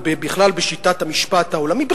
ובכלל בשיטת המשפט העולמית,